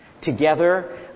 together